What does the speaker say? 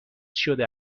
شده